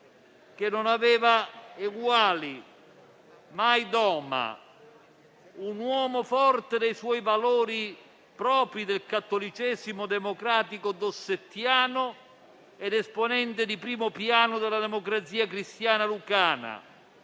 che non aveva eguali, mai doma. Era un uomo forte dei valori propri del cattolicesimo democratico dossettiano ed esponente di primo piano della Democrazia Cristiana lucana.